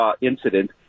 incident